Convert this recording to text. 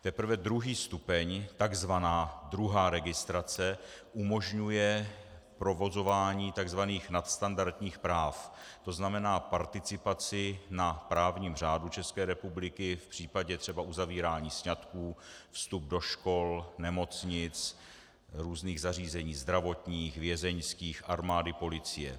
Teprve druhý stupeň, tzv. druhá registrace, umožňuje provozování tzv. nadstandardních práv, tzn. participaci na právním řádu České republiky v případě třeba uzavírání sňatků, vstup do škol, nemocnic, různých zařízení zdravotních, vězeňských, armády, policie.